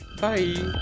Bye